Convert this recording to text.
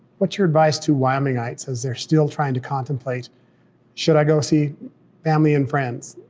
what's your advice to wyomingites as they're still trying to contemplate should i go see family and friends,